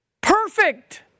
Perfect